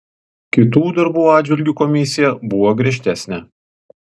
kitų darbų atžvilgiu komisija buvo griežtesnė